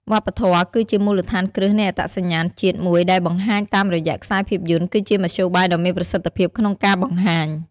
វប្បធម៌ គឺជាមូលដ្ឋានគ្រឹះនៃអត្តសញ្ញាណជាតិមួយដែលបង្ហាញតាមរយះខ្សែភាពយន្ត គឺជាមធ្យោបាយដ៏មានប្រសិទ្ធភាពក្នុងការបង្ហាញ។